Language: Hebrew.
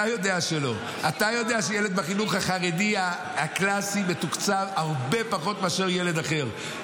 אתה יודע שילד בחינוך החרדי הקלאסי מתוקצב הרבה פחות מאשר ילד אחר,